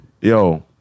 yo